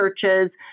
churches